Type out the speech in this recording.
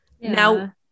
Now